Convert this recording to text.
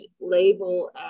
label